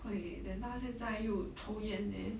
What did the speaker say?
会 then 他现在又抽烟 leh